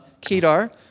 Kedar